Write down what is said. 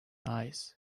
eyes